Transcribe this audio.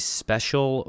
special